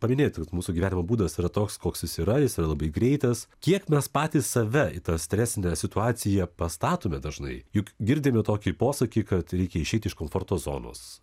paminėjot kad mūsų gyvenimo būdas yra toks koks jis yra jis yra labai greitas kiek mes patys save į tą stresinę situaciją pastatome dažnai juk girdime tokį posakį kad reikia išeit iš komforto zonos